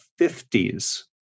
50s